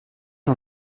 han